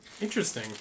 interesting